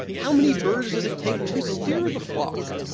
how many birds does it take to steer the flock?